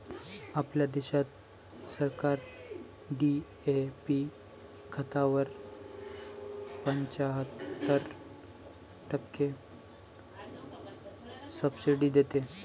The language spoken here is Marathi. आपल्या देशात सरकार डी.ए.पी खतावर पंच्याहत्तर टक्के सब्सिडी देते